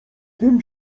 tym